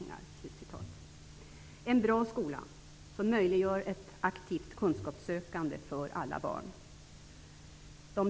Det är av utomordentligt värde att vi har en bra skola som möjliggör ett aktivt kunskapssökande för alla barn. Herr talman!